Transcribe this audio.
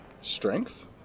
Strength